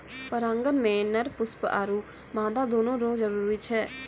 परागण मे नर पुष्प आरु मादा दोनो रो जरुरी छै